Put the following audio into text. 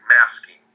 masking